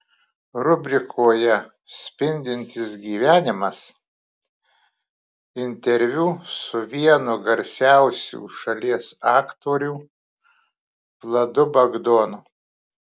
rubrikoje spindintis gyvenimas interviu su vienu garsiausių šalies aktorių vladu bagdonu